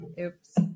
Oops